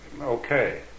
okay